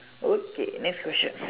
okay next question